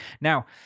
Now